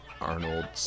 arnold